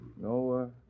No